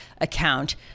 account